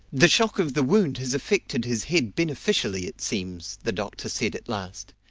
the shock of the wound has affected his head beneficially, it seems, the doctor said at last.